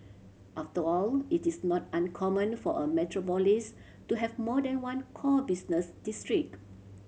after all it is not uncommon for a metropolis to have more than one core business district